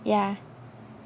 ya